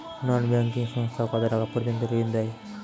নন banking সংস্থা কতটাকা পর্যন্ত ঋণ দেয়?